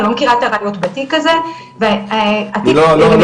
אני לא מכירה את הראיות בתיק הזה.